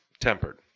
Tempered